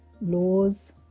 laws